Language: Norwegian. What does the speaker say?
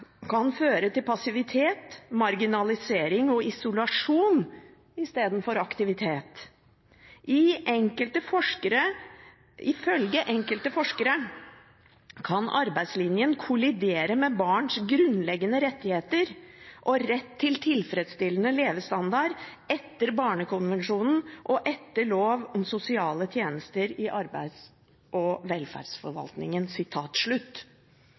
kan føre til passivitet, marginalisering og isolasjon istedenfor til økt aktivitet. I følge enkelte forskere kan arbeidslinjen kollidere med barns grunnleggende rettigheter og rett til tilfredsstillende levestandard etter barnekonvensjonen og etter lov om sosiale tjenester i arbeids- og velferdsforvaltningen.»